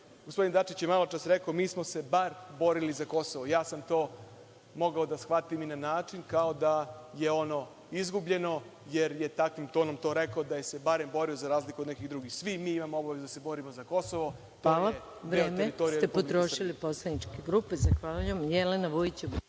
Gospodin Dačić je maločas rekao – mi smo se bar borili za Kosovo. Ja sam to mogao da shvatim i na način kao da je ono izgubljeno, jer je takvim tonom to rekao da se barem borio za razliku od nekih drugih. Svi mi imamo obavezu da se borimo za Kosovo, ono je deo teritorije Republike Srbije. **Maja Gojković**